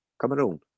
Cameroon